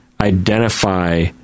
identify